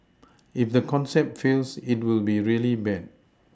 if the concept fails it will be really bad